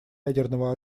ядерного